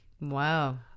wow